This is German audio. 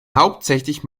hauptsächlich